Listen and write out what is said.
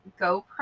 GoPro